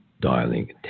dialing